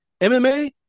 MMA